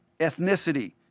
ethnicity